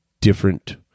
different